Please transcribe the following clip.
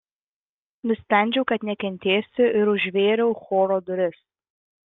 nusprendžiau kad nekentėsiu ir užvėriau choro duris